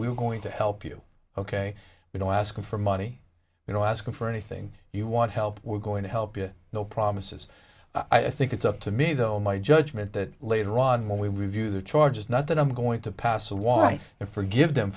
we're going to help you ok you know asking for money you know asking for anything you want help we're going to help it no promises i think it's up to me though in my judgment that later on when we review the charges not that i'm going to pass a wife and forgive them